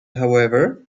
however